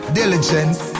diligence